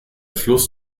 fluss